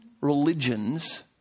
religions